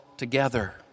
together